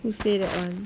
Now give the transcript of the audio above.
who say that [one]